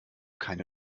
keine